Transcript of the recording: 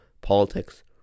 politics